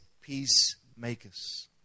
peacemakers